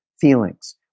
feelings